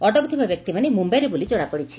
ଅଟକ ଥିବା ବ୍ୟକ୍ତିମାନେ ମୁମ୍ଯାଇର ବୋଲି ଜଣାପଡିଛି